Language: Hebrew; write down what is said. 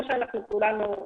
כמו שאנחנו כולנו,